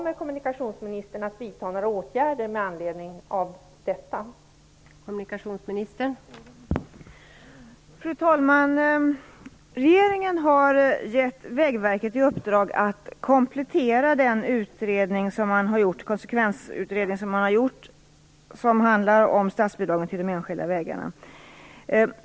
Fru talman! Regeringen har gett Vägverket i uppdrag att komplettera den konsekvensutredning som har gjorts om statsbidraget till de enskilda vägarna.